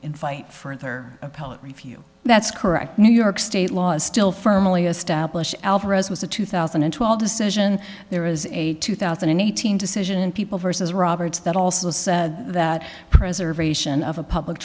invite further appellate review that's correct new york state law is still firmly established alvarez was a two thousand and twelve decision there is a two thousand and eighteen decision in people versus roberts that also say that preservation of a public